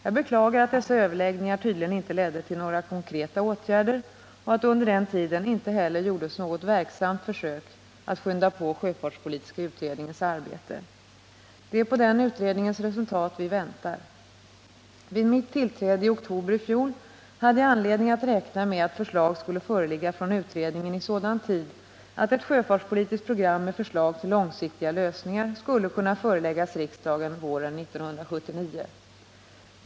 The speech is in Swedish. Jag beklagar att dessa överläggningar tydligen inte ledde till några konkreta åtgärder och att det under den tiden inte heller gjordes något verksamt försök att skynda på sjöfartspolitiska utredningens arbete. Det är på den utredningens resultat vi väntar. Vid mitt tillträde i oktober i fjol hade jag anledning att räkna med att förslag skulle föreligga från utredningen i sådan tid att ett sjöfartspolitiskt program med förslag till långsiktiga lösningar skulle kunna föreläggas riksdagen våren 1979.